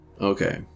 Okay